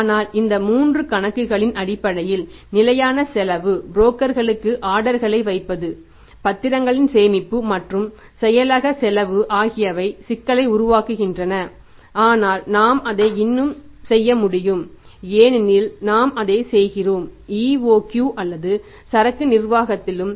ஆனால் இந்த 3 கணக்குகளின் அடிப்படையில் நிலையான செலவு புரோக்கர்களுக்கு ஆர்டர்களை வைப்பது பத்திரங்களின் சேமிப்பு மற்றும் செயலக செலவு ஆகியவை சிக்கலை உருவாக்குகின்றன ஆனால் நாம் அதை இன்னும் செய்ய முடியும் ஏனெனில் நாம் அதை செய்கிறோம் EOQ அல்லது சரக்கு நிர்வாகத்திலும்